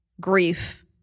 grief